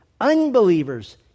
Unbelievers